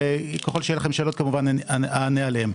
וככל שיהיו לכם שאלות כמובן אני אענה עליהן.